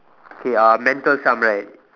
okay uh mental sum right